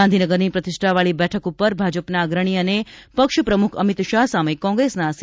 ગાંધીનગરની પ્રતિષ્ઠાવાળી બેઠક પર ભાજપના અંગ્રણી અને પક્ષ પ્રમુખ અમીત શાહ સામે કોંગ્રેસના સી